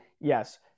Yes